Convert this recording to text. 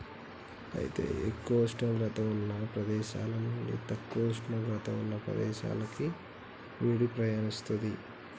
అయితే ఎక్కువ ఉష్ణోగ్రత ఉన్న ప్రదేశాల నుండి తక్కువ ఉష్ణోగ్రత ఉన్న ప్రదేశాలకి వేడి పయనిస్తుంది